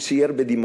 הוא סייר בדימונה,